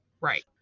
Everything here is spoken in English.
Right